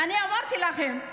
אני אמרתי לכם,